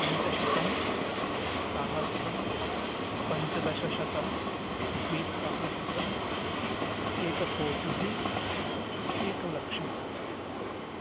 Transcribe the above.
पञ्चशतं सहस्रं पञ्चदशशतं द्विसहस्रं एककोटिः एकं लक्षम्